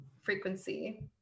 frequency